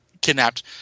kidnapped